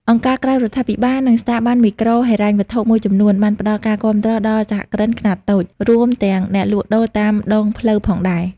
អង្គការក្រៅរដ្ឋាភិបាល និងស្ថាប័នមីក្រូហិរញ្ញវត្ថុមួយចំនួន បានផ្តល់ការគាំទ្រដល់សហគ្រិនខ្នាតតូច រួមទាំងអ្នកលក់ដូរតាមដងផ្លូវផងដែរ ។